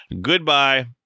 Goodbye